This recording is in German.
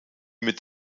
mit